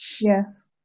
yes